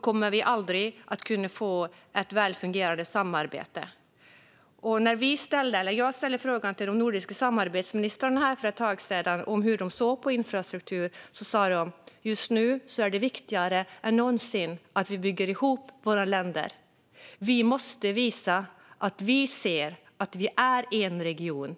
kommer vi aldrig att kunna få ett välfungerande samarbete. När jag ställde frågan till de nordiska samarbetsministrarna för ett tag sedan om hur de såg på infrastruktur sa de: Just nu är det viktigare än någonsin att vi bygger ihop våra länder. Vi måste visa att vi ser att vi är en region.